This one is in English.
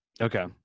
Okay